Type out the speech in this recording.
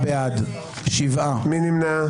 מי נמנע?